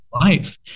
life